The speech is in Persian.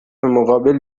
مقابل